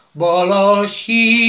balashi